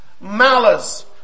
Malice